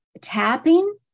tapping